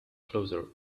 closer